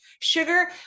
Sugar